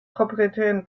proprietären